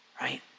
right